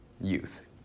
youth